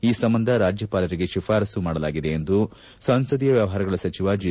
ಈ ಸಂಬಂಧ ರಾಜ್ಯಪಾಲರಿಗೆ ಶಿಫಾರಸ್ಲು ಮಾಡಲಾಗಿದೆ ಎಂದು ಸಂಸದೀಯ ವ್ಯವಹಾರಗಳ ಸಚಿವ ಜೆ